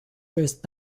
first